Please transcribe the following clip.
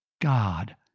god